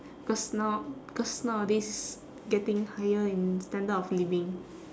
cause now cause nowadays getting higher in standard of living